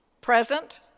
present